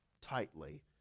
tightly